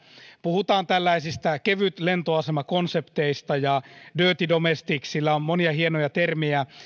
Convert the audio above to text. puhutaan kevytlentoasemakonsepteista ja dirty domestics sillä on monia hienoja termejä